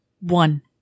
one